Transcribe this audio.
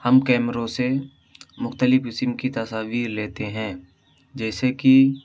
ہم کیمروں سے مختلف قسم کی تصاویر لیتے ہیں جیسے کہ